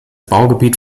baugebiet